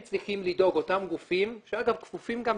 החוק קובע מה זה תאגיד בנקאי.